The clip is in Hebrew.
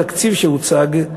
בתקציב שהוצג,